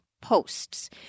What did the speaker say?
posts